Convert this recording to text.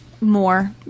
more